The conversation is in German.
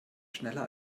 schneller